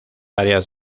áreas